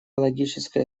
логическое